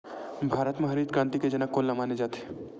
भारत मा हरित क्रांति के जनक कोन ला माने जाथे?